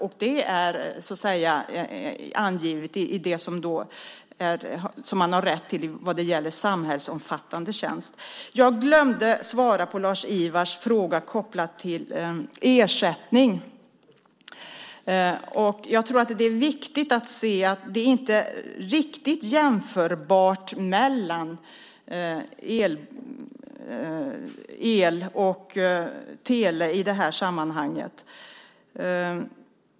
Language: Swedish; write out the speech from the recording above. Och det är, så att säga, angivet i det som man har rätt till vad gäller samhällsomfattande tjänst. Jag glömde att svara på Lars-Ivars fråga kopplad till ersättning. Jag tror att det är viktigt att se att det inte riktigt går att jämföra el och tele i det här sammanhanget.